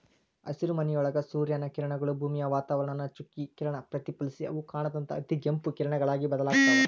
ಹಸಿರುಮನಿಯೊಳಗ ಸೂರ್ಯನ ಕಿರಣಗಳು, ಭೂಮಿಯ ವಾತಾವರಣಾನ ಚುಚ್ಚಿ ಕಿರಣ ಪ್ರತಿಫಲಿಸಿ ಅವು ಕಾಣದಂತ ಅತಿಗೆಂಪು ಕಿರಣಗಳಾಗಿ ಬದಲಾಗ್ತಾವ